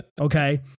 okay